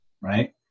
right